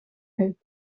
heup